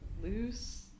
loose